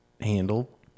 handle